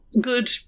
good